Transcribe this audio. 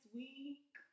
week